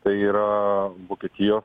tai yra vokietijos